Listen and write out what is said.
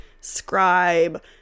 scribe